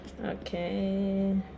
Okay